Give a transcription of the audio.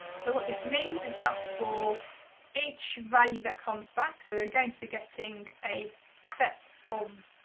so what this means is that for each value that comes back. so we're going to be getting a set of,